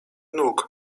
nóg